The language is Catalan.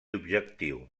objectiu